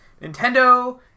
Nintendo